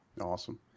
Awesome